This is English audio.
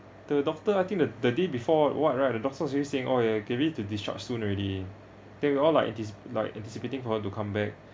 the doctor I think the the day before what right the doctor was actually saying oh ya ya get ready to discharge soon already then we all like anti~ like anticipating for her come back